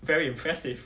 very impressive